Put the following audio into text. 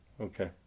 Okay